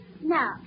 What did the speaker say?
No